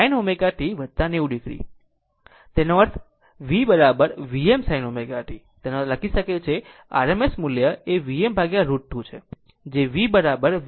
તેનો અર્થ V V Vm sin ω t તેનો અર્થ એ કે RMS મૂલ્ય એ vm √ 2 છે જે V Vm√ 2 છે